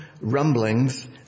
rumblings